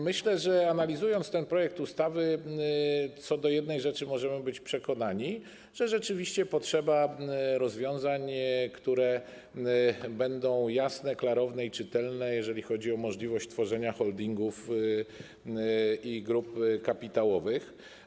Myślę, że analizując ten projekt ustawy, co do jednej rzeczy możemy być przekonani: rzeczywiście potrzeba rozwiązań, które będą jasne, klarowne i czytelne, jeżeli chodzi o możliwość tworzenia holdingów i grup kapitałowych.